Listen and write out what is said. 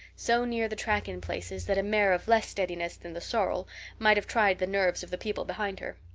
so near the track in places that a mare of less steadiness than the sorrel might have tried the nerves of the people behind her.